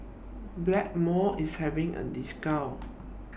Blackmores IS having A discount